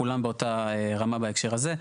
כולם באותה רמה בהקשר הזה.